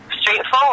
straightforward